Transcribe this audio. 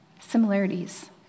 similarities